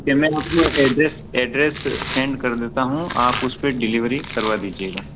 मैं आपको address send कर देता हूँ आप उस पर डिलीवरी करवा दीजिएगा